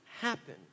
happen